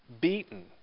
beaten